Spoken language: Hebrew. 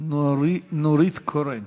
נורית קורן.